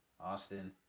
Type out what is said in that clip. Austin